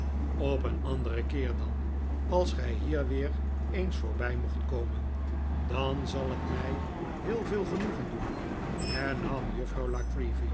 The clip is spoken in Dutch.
op een anderen keer dan als gij hier weer eens voorbij mocht komen dan zal het mij heel veel genoegen doen hernam juffrouw